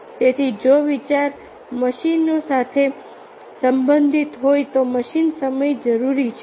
તેથી જો વિચાર મશીનો સાથે સંબંધિત હોય તો મશીન સમય જરૂરી છે